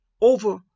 over